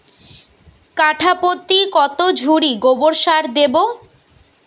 কাঠাপ্রতি কত ঝুড়ি গোবর সার দেবো?